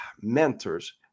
mentors